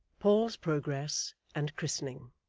paul's progress and christening